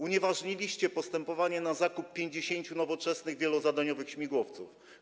Unieważniliście postępowanie na zakup 50 nowoczesnych, wielozadaniowych śmigłowców.